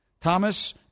Thomas